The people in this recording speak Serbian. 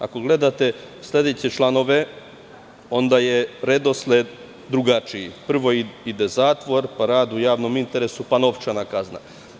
Ako gledate sledeće članove, onda je redosled drugačiji - prvo ide zatvor, pa rad u javnom interesu, pa novčana kazna.